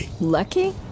Lucky